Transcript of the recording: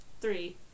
three